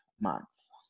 months